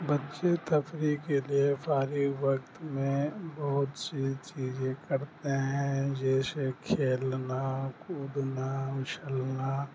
بچے تفریح کے لیے فارغ وقت میں بہت سی چیزیں کرتے ہیں جیسے کھیلنا کودنا اچھلنا